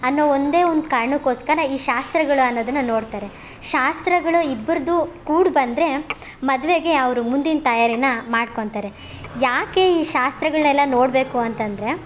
ಅನ್ನೋ ಒಂದೇ ಒಂದು ಕಾರಣಕ್ಕೋಸ್ಕರ ಈ ಶಾಸ್ತ್ರಗಳು ಅನ್ನೋದನ್ನು ನೋಡ್ತಾರೆ ಶಾಸ್ತ್ರಗಳು ಇಬ್ಬರದ್ದು ಕೂಡಿ ಬಂದರೆ ಮದುವೆಗೆ ಅವರು ಮುಂದಿನ ತಯಾರಿ ಮಾಡ್ಕೊತಾರೆ ಯಾಕೆ ಈ ಶಾಸ್ತ್ರಗಳನ್ನೆಲ್ಲ ನೋಡಬೇಕು ಅಂತಂದರೆ